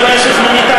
אני רואה שהזמן יקר,